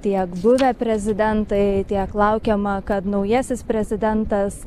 tiek buvę prezidentai tiek laukiama kad naujasis prezidentas